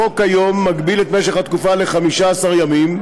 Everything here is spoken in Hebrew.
החוק כיום מגביל את משך התקופה ל-15 ימים,